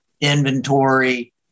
inventory